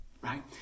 right